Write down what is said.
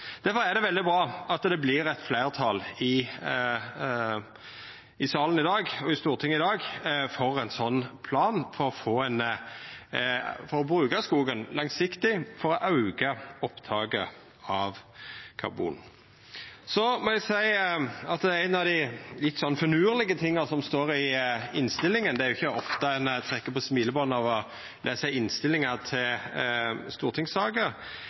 er det veldig bra at det vert eit fleirtal i stortingssalen i dag for ein slik plan for å bruka skogen langsiktig for å auka opptaket av karbon. Så må eg nemna ein av dei litt finurlege tinga som står i innstillinga – det er ikkje ofte ein trekkjer på smilebandet av å lesa innstillingar til stortingssaker